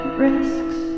risks